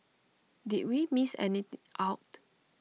did we miss any out